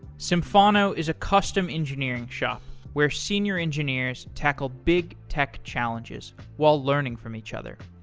symphono is a custom engineering shop where senior engineers tackle big tech challenges while learning from each other.